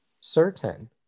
certain